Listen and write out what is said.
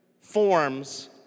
forms